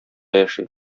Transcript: яши